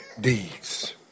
deeds